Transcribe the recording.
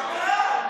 שקרן,